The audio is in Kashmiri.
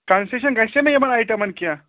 کَنسیشَن گژھیٛا مےٚ یِمَن آیٹَمَن کینٛہہ